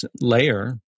layer